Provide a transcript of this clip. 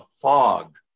fog